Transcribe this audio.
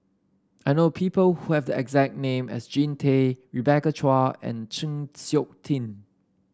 I know people who have the exact name as Jean Tay Rebecca Chua and Chng Seok Tin